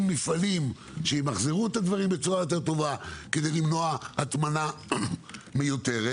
מפעלים שימחזרו בצורה יותר טובה וכדי למנוע הטמנה מיותרת.